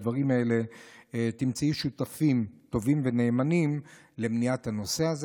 בדברים האלה תמצאי שותפים טובים ונאמנים למניעת הנושא הזה.